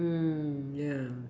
mm ya